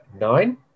nine